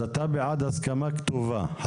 אתה בעד הסכמה כתובה.